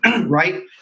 Right